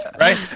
Right